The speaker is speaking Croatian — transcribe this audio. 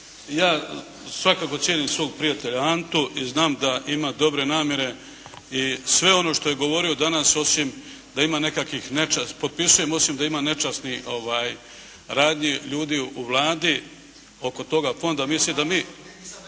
Ja svakako cijenim svog prijatelja Antu i znam da ima dobre namjere i sve ono što je govorio danas potpisujem osim da ima nekakvih nečasnih radnji ljudi u Vladi oko toga fonda. …/Upadica